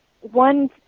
one